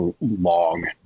long